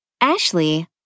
Ashley